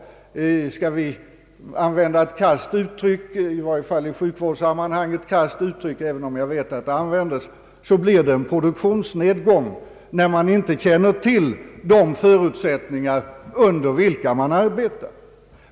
Skall vi använda ett i sjukvårdssammanhang krasst uttryck så kan vi säga, att det blir en produktionsnedgång när man inte känner till de förutsättningar under vilka man arbetar.